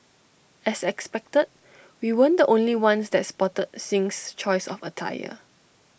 as expected we weren't the only ones that spotted Singh's choice of attire